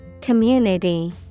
Community